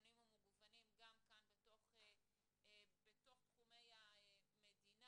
שונים ומגוונים, גם כאן בתוך תחומי המדינה.